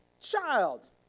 child